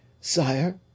Sire